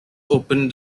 opened